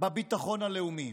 בביטחון הלאומי,